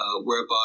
whereby